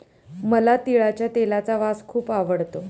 मला तिळाच्या तेलाचा वास खूप आवडतो